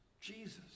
Jesus